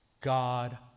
God